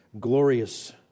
glorious